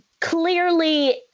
clearly